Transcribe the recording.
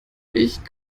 ich